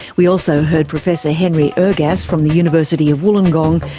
we also heard professor henry ergas from the university of wollongong,